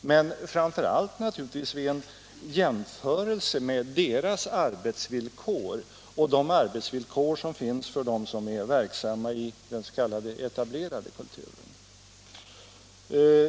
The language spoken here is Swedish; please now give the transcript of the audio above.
men framför allt vid en jämförelse mellan deras arbetsvillkor och villkoren för dem som är verksamma inom den s.k. etablerade kulturen.